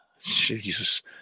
Jesus